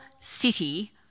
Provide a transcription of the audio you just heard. City